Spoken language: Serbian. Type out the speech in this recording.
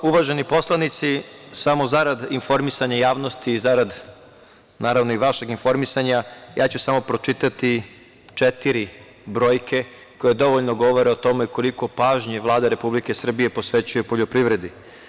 Uvaženi poslanici, samo zarad informisanja javnosti i zarad, naravno, vašeg informisanja, pročitaću samo četiri brojke koje dovoljno govore o tome koliko pažnje Vlada Republike Srbije posvećuje poljoprivredi.